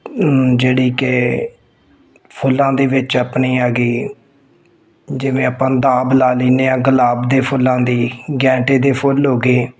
ਜਿਹੜੀ ਕਿ ਫੁੱਲਾਂ ਦੇ ਵਿੱਚ ਆਪਣੀ ਹੈਗੀ ਜਿਵੇਂ ਆਪਾਂ ਦਾਬ ਲਾ ਲੈਂਦੇ ਹਾਂ ਗੁਲਾਬ ਦੇ ਫੁੱਲਾਂ ਦੀ ਗੈਂਦੇ ਦੇ ਫੁੱਲ ਹੋ ਗਏ